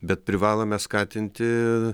bet privalome skatinti